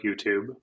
YouTube